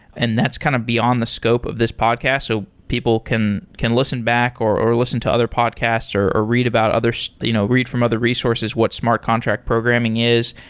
and that's kind of beyond the scope of this podcast, so people can can listen back, or or listen to other podcasts, or or read about other so you know read from other resources what smart contract programming is,